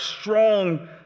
strong